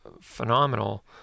phenomenal